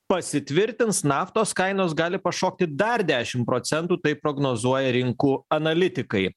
pasitvirtins naftos kainos gali pašokti dar dešim procentų taip prognozuoja rinkų analitikai